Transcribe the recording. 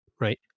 right